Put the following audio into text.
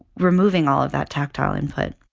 removing all of that tactile input